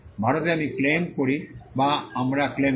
ভারতে আমি ক্লেম করি বা আমরা ক্লেম করি